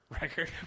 Record